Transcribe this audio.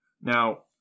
Now